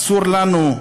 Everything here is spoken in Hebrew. אסור לנו,